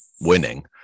winning